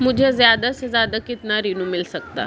मुझे ज्यादा से ज्यादा कितना ऋण मिल सकता है?